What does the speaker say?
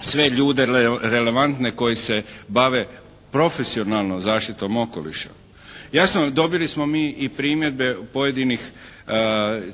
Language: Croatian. sve ljude relevantne koji se bave profesionalno zaštitom okoliša. Jasno, dobili smo mi i primjedbe pojedinih